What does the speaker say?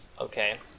okay